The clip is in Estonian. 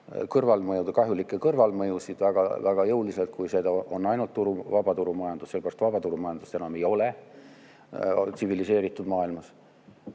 kahjulikke kõrvalmõjusid väga-väga jõuliselt, kui seda on ainult vabaturumajandus, sellepärast et vabaturumajandust enam ei ole tsiviliseeritud maailmas.